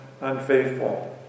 unfaithful